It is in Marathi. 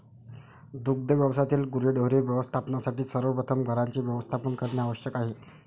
दुग्ध व्यवसायातील गुरेढोरे व्यवस्थापनासाठी सर्वप्रथम घरांचे व्यवस्थापन करणे आवश्यक आहे